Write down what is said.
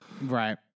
Right